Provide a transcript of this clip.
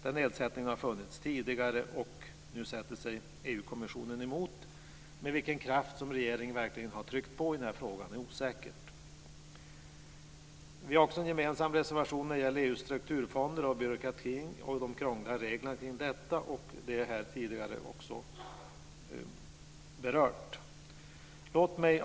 Denna nedsättning har funnits tidigare, men nu sätter sig EU-kommissionen sig emot den. Med vilken kraft som regeringen verkligen har tryckt på i frågan är osäkert. Vi har också en gemensam reservation när det gäller EU:s strukturfonder, byråkratin och de krångliga reglerna kring detta, vilket här också tidigare har berörts.